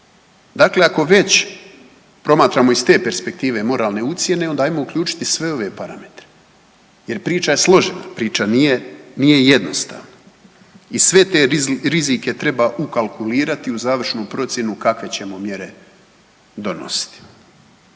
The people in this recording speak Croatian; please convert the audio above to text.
Dakle, ako već promatramo iz te perspektive moralne ucjene onda ajmo uključiti sve ove parametre, jer priča je složena, priča nije jednostavna. I sve te rizike treba ukalkulirati u završnu procjenu kakve ćemo mjere donositi.